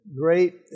great